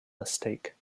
mistake